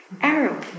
arrow